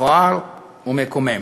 מכוער ומקומם.